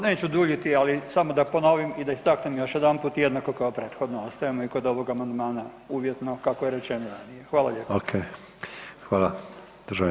Neću duljiti ali samo da ponovim i da istaknem još jedanput jednako kao prethodno ostajemo i kod ovog amandmana uvjetno kako je rečeno ranije.